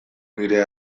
nire